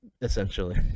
essentially